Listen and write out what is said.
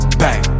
bang